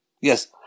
Yes